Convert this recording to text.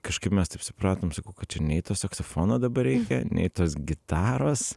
kažkaip mes taip supratom sakau kad čia nei to saksofono dabar reikia nei tos gitaros